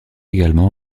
également